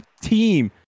team